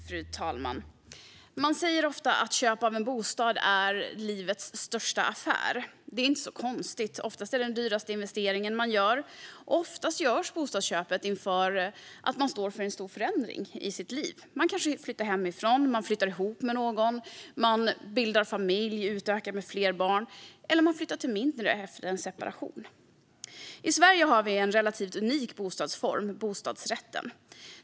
Fru talman! Man säger ofta att köp av en bostad är livets största affär. Det är inte så konstigt. Oftast är det den dyraste investeringen man gör, och oftast görs bostadsköpet inför en stor förändring i ens liv. Man kanske flyttar hemifrån, flyttar ihop med någon, bildar familj eller utökar den med fler barn eller flyttar till mindre efter en separation. I Sverige har vi en relativt unik bostadsform, bostadsrätten.